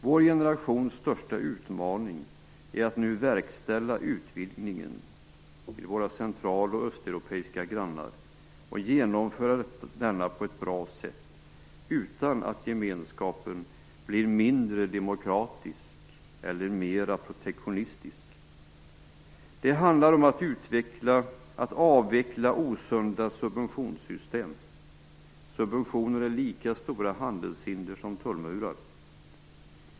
Vår generations största utmaning är att nu verkställa utvidgningen till våra central och östeuropeiska grannar och genomföra denna på ett bra sätt, utan att gemenskapen blir mindre demokratisk eller mera protektionistisk. Det handlar om att avveckla osunda subventiossystem. Subventioner är lika stora handelshinder som tullmurar.